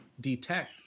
detect